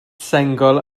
sengl